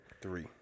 Three